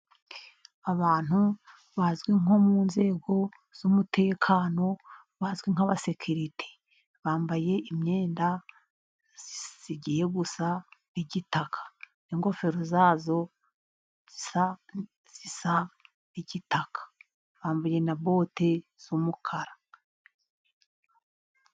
Abantu bazwi nko mu nzego z'umutekano bazwi nk'abasekerite, bambaye imyenda igiye gusa n'igitaka, ingofero zazo zisa n'igitaka bambaye na bote z'umukara.